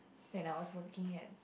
when I was working at